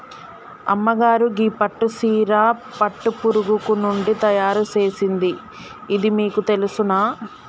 అమ్మగారు గీ పట్టు సీర పట్టు పురుగులు నుండి తయారు సేసింది ఇది మీకు తెలుసునా